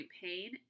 pain